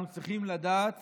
אנחנו צריכים לדעת